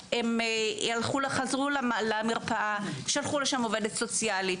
חזרו למרפאה, שלחו לשם עובדת סוציאלית.